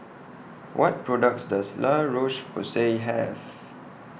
What products Does La Roche Porsay Have